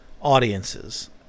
audiences